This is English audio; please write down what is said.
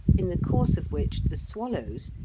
in the course of which the swallows,